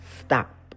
stop